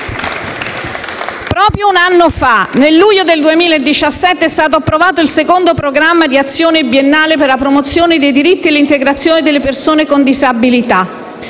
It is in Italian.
Proprio un anno fa, nel luglio del 2017, è stato approvato il secondo programma di azione biennale per la promozione dei diritti e l'integrazione delle persone con disabilità,